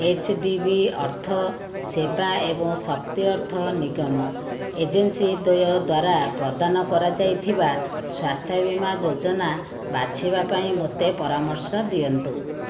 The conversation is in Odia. ଏଚ୍ ଡି ବି ଅର୍ଥ ସେବା ଏବଂ ଶକ୍ତି ଅର୍ଥ ନିଗମ ଏଜେନ୍ସି ଦ୍ୱୟ ଦ୍ଵାରା ପ୍ରଦାନ କରାଯାଇଥିବା ସ୍ୱାସ୍ଥ୍ୟ ବୀମା ଯୋଜନା ବାଛିବାପାଇଁ ମୋତେ ପରାମର୍ଶ ଦିଅନ୍ତୁ